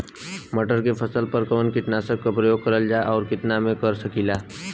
मटर के फसल पर कवन कीटनाशक क प्रयोग करल जाला और कितना में कर सकीला?